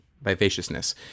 vivaciousness